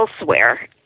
elsewhere